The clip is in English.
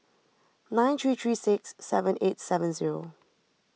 nine three three six seven eight seven zero